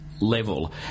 level